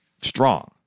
strong